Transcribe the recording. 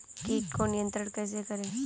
कीट को नियंत्रण कैसे करें?